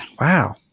Wow